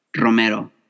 Romero